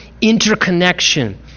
interconnection